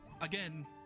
again